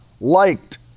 liked